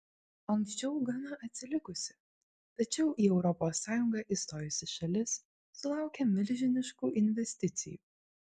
anksčiau gana atsilikusi tačiau į europos sąjungą įstojusi šalis sulaukia milžiniškų investicijų